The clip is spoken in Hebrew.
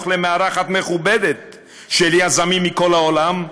למארחת מכובדת של יזמים מכל העולם,